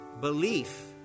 Belief